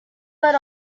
were